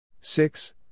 Six